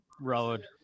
road